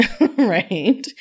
right